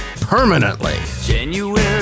Permanently